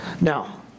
Now